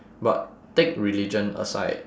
but take religion aside